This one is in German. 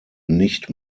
nicht